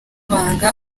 banga